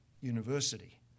university